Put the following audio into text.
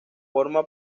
forma